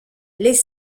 les